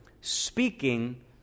speaking